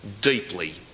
deeply